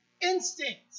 Instinct